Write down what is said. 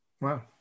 wow